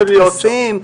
אלה טקסים,